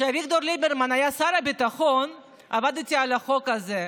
כשאביגדור ליברמן היה שר הביטחון עבדתי על החוק הזה,